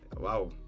Wow